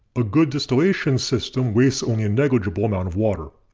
a good distillation system wastes only a negligible amount of water.